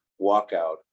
walkout